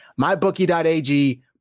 MyBookie.ag